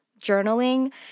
journaling